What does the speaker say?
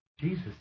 Jesus